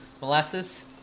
Molasses